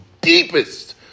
deepest